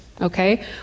Okay